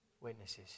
witnesses